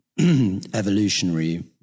evolutionary